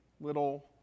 little